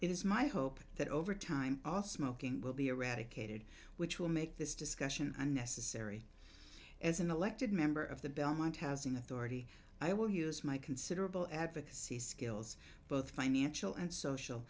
it is my hope that over time all smoking will be eradicated which will make this discussion unnecessary as an elected member of the belmont having authority i will use my considerable advocacy skills both financial and social